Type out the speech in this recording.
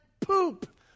poop